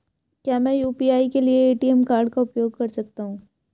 क्या मैं यू.पी.आई के लिए ए.टी.एम कार्ड का उपयोग कर सकता हूँ?